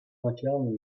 incarne